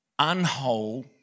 unwhole